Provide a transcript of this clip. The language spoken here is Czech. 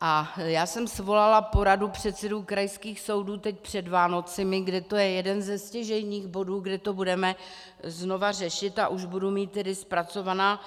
A já jsem svolala poradu předsedů krajských soudů teď před Vánocemi, kdy to je jeden ze stěžejních bodů, kde to budeme znovu řešit, a už budu mít tedy zpracovaná